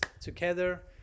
together